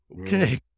okay